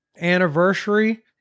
anniversary